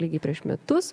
lygiai prieš metus